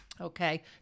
Okay